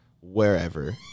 wherever